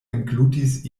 englutis